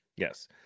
Yes